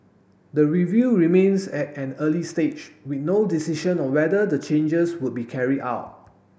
the review remains at an early stage with no decision on whether the changes will be carried out